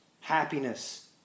happiness